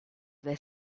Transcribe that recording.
their